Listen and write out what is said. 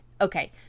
Okay